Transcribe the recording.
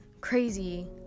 crazy